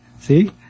See